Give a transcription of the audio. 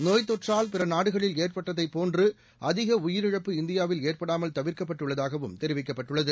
நோய்த்தொற்றால் பிற நாடுகளில் ஏற்பட்டதை போல அதிக உயிரிழப்பு இந்தியாவில் ஏற்படாமல் தவிர்க்கப்பட்டு உள்ளதாகவும் தெரிவிக்கப்பட்டுள்ளது